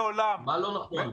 מה לא נכון?